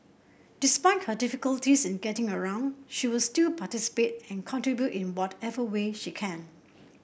despite her difficulties in getting around she will still participate and contribute in whatever way she can